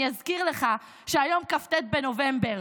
אני אזכיר לך שהיום כ"ט בנובמבר,